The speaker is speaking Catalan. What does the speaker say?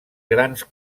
grans